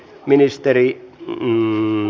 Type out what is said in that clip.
ministeri mäntylä